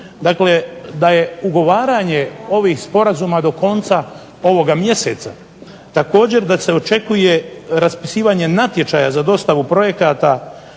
dakle da je ugovaranje ovih sporazuma do konca ovoga mjeseca također da se očekuje raspisivanje natječaja za dostavu projekata